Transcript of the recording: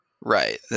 Right